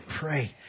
pray